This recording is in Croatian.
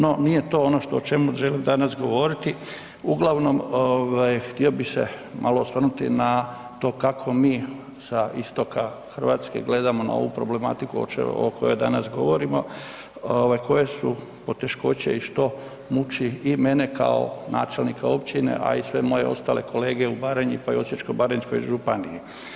No, nije to ono o čemu želim danas govoriti uglavnom ovaj htio bi se malo osvrnuti na to kako mi sa istoka RH gledamo na ovu problematiku o kojoj danas govorimo, ovaj koje su poteškoće i što muči i mene kao načelnika općine, a i sve moje ostale kolege u Baranji, pa i u Osječko-baranjskoj županiji.